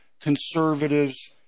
conservatives